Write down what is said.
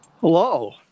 Hello